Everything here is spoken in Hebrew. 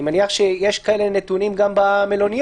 אני מניח שיש כאלה נתונים גם במלוניות.